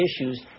issues